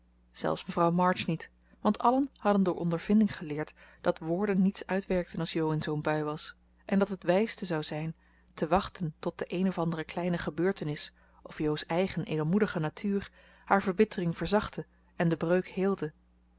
zelfs mevrouw march niet want allen hadden door ondervinding geleerd dat woorden niets uitwerkten als jo in zoo'n bui was en dat het wijste zou zijn te wachten tot de een of andere kleine gebeurtenis of jo's eigen edelmoedige natuur haar verbittering verzachtte en de breuk heelde